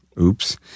Oops